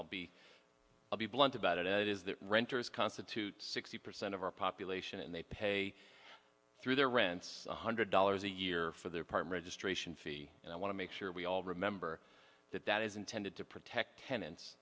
i'll be i'll be blunt about it is that renters constitute sixty percent of our population and they pay through their rents one hundred dollars a year for their part registration fee and i want to make sure we all remember that that is intended to protect tenants